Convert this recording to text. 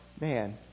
man